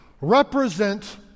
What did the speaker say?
represent